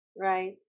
Right